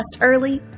early